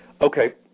Okay